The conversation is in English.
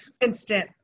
instant